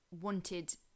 wanted